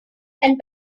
and